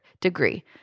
degree